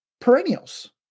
perennials